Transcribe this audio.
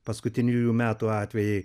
paskutiniųjų metų atvejai